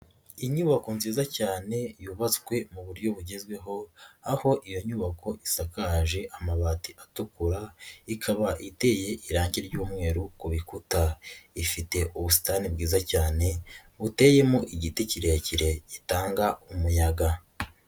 Inyubako nziza cyane yubatswe mu buryo bugezweho, aho iyo nyubako isakaje amabati atukura, ikaba iteye irange ry'umweru ku rukuta, ifite ubusitani bwiza cyane, buteyemo igiti kirekire gitanga umuyaga.